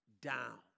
down